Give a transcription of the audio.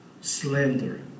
slender